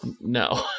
no